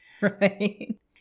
Right